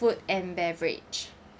food and beverage